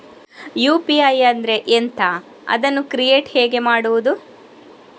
UPI ಅಂದ್ರೆ ಎಂಥ? ಅದನ್ನು ಕ್ರಿಯೇಟ್ ಹೇಗೆ ಮಾಡುವುದು?